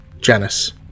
Janice